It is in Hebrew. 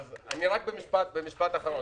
אז אני רק במשפט אחרון.